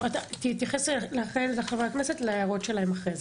טוב, תתייחס להערות חברי הכנסת אחרי זה.